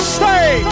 Stay